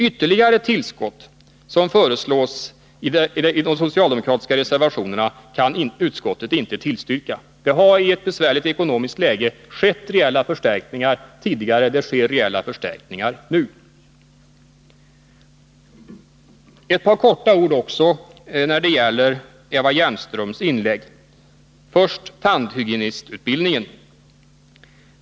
Ytterligare tillskott som föreslås i de socialdemokratiska reservationerna kan utskottet inte tillstyrka. Det har i ett besvärligt ekonomiskt läge skett reella förstärkningar, och det sker reella förstärkningar nu. Ett par ord också när det gäller Eva Hjelmströms inlägg. Först tandhygienistutbildningen.